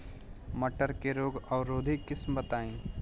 मटर के रोग अवरोधी किस्म बताई?